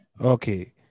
Okay